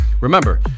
remember